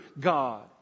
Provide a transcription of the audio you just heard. God